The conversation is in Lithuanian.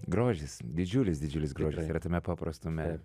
grožis didžiulis didžiulis grožis yra tame paprastume